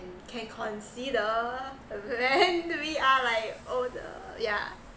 can consider when we are like older yeah